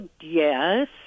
yes